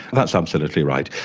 that's absolutely right,